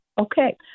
Okay